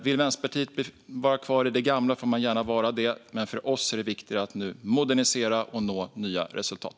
Vill Vänsterpartiet vara kvar i det gamla får de gärna vara det, men för oss är det viktigt att nu modernisera och nå nya resultat.